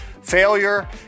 failure